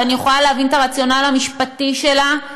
אני יכולה להבין את הרציונל המשפטי שלה,